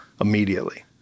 immediately